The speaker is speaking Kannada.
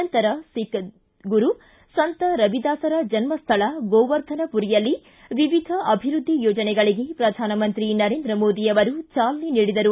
ನಂತರ ಸಿಖ್ಖ ಗುರು ಸಂತ ರವಿದಾಸರ ಜನ್ನಸ್ವಳ ಗೋವರ್ಧನಮರಿಯಲ್ಲಿ ವಿವಿಧ ಅಭಿವ್ಯದ್ದಿ ಯೋಜನೆಗಳಿಗೆ ಪ್ರಧಾನಮಂತ್ರಿ ನರೇಂದ್ರ ಮೋದಿ ಚಾಲನೆ ನೀಡಿದರು